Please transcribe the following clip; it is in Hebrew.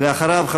ואחריו,